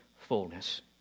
fullness